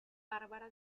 bárbara